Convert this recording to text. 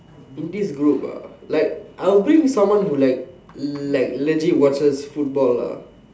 in this group ah like I'll bring someone who like like legit watches football lah